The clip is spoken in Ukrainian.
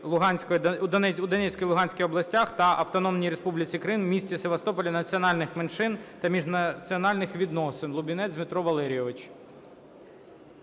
у Донецькій, Луганській областях та Автономній Республіці Крим в місті Севастополі, національних меншин та міжнаціональних відносин Лубінець Дмитро Валерійович.